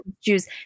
choose